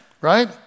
right